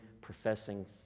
professing